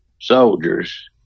soldiers